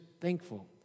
thankful